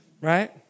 Right